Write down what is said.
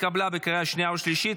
התקבלה בקריאה השנייה והשלישית,